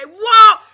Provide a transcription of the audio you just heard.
whoa